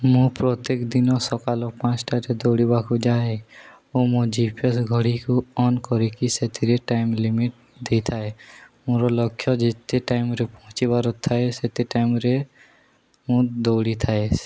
ମୁଁ ପ୍ରତ୍ୟେକ ଦିନ ସକାଳ ପାଞ୍ଚଟାରେ ଦୌଡ଼ିବାକୁ ଯାଏ ଓ ମୋ ଜି ପି ଏସ୍ ଘଡ଼ିିକୁ ଅନ୍ କରିକି ସେଥିରେ ଟାଇମ୍ ଲିମିଟ୍ ଦେଇଥାଏ ମୋର ଲକ୍ଷ୍ୟ ଯେତେ ଟାଇମରେ ପହଞ୍ଚିବାର ଥାଏ ସେତେ ଟାଇମ୍ରେ ମୁଁ ଦୌଡ଼ିଥାଏ